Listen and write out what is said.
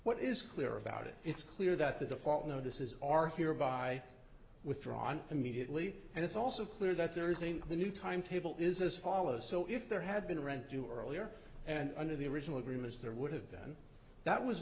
what is clear about it it's clear that the default notices are hereby withdrawn immediately and it's also clear that there is in the new timetable is as follows so if there had been rent due earlier and under the original agreements there would have been that was